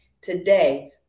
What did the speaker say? today